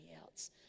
else